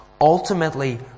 ultimately